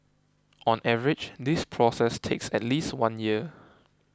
on average this process takes at least one year